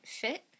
fit